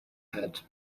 head